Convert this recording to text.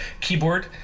keyboard